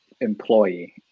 employee